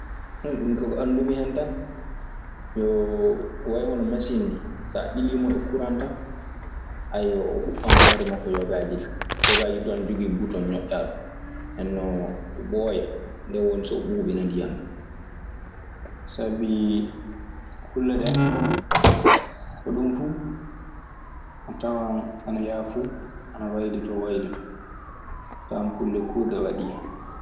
minka ko anndumi hen tan ana way hono masin ni. So ɓiliima e kuran tan o huɓɓan hoore makko. Yogaaji ka yoggaaji duu ana jogii buton ñoƴƴaa ɗum nennoo o ɓooya. Nden woni so ɓuuɓina ndiyam ɗan. Sabii kulle ɗee hoɗun fuu a tawan ana yaha fu ana waylitoo waylitoo. A tawan kulle kuurɗe waɗii hen.